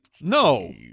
No